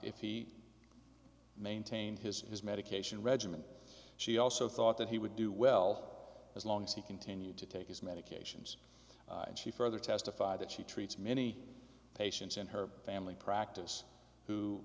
he maintain his his medication regimen she also thought that he would do well as long as he continued to take his medications and she further testified that she treats many patients in her family practice who